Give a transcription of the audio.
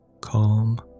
Calm